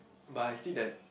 but I see that